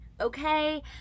Okay